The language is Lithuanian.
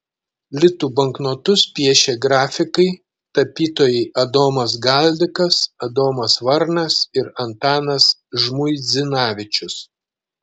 litų banknotus piešė grafikai tapytojai adomas galdikas adomas varnas ir antanas žmuidzinavičius